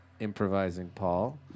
ImprovisingPaul